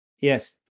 Yes